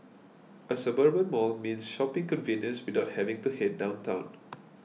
a suburban mall means shopping convenience without having to head downtown